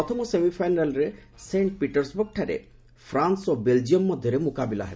ପ୍ରଥମ ସେମିଫାଇନାଲ୍ରେ ସେଣ୍ଟ ପିଟର୍ସବର୍ଗଠାରେ ଫ୍ରାନ୍ସ ଓ ବେଲ୍ଜିୟମ୍ ମଧ୍ୟରେ ମୁକାବିଲା ହେବ